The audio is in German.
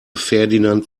ferdinand